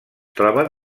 troben